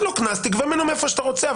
תן לו קנס, תגבה ממנו מאיפה שאתה רוצה.